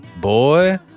boy